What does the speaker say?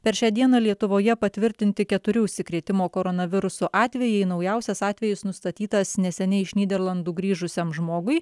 per šią dieną lietuvoje patvirtinti keturi užsikrėtimo koronavirusu atvejai naujausias atvejis nustatytas neseniai iš nyderlandų grįžusiam žmogui